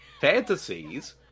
Fantasies